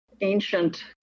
ancient